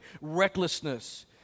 recklessness